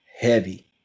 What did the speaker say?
Heavy